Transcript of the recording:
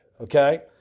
okay